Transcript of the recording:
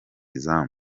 izamu